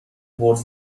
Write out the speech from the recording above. بٌرد